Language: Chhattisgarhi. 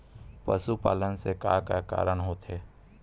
पशुपालन से का का कारण होथे?